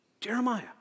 jeremiah